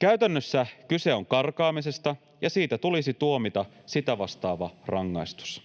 Käytännössä kyse on karkaamisesta, ja siitä tulisi tuomita sitä vastaava rangaistus.